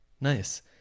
nice